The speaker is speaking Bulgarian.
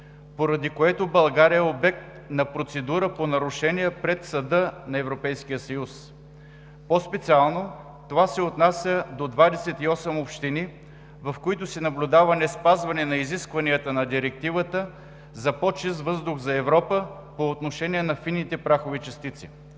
поради което България е обект на процедура по нарушение пред Съда на Европейския съюз. По-специално това се отнася до 28 общини, в които се наблюдава неспазване на изисквания на Директивата за по чист въздух за Европа по отношение на фините прахови частици.